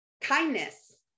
Kindness